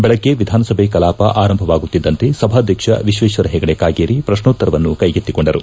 ಬೆಳಗ್ಗೆ ವಿಧಾನಸಭೆ ಕಲಾಪ ಆರಂಭವಾಗುತ್ತಿದ್ದಂತೆ ಸಭಾಧ್ಯಕ್ಷ ವಿಶ್ವೇಶ್ವರ ಹೆಗಡೆ ಕಾಗೇರಿ ಪ್ರಕ್ನೋತ್ತರವನ್ನು ಕೈಗೆಕ್ತಿಕೊಂಡರು